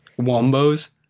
Wombos